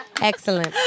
excellent